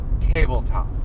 tabletop